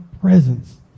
presence